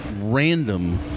random